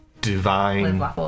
Divine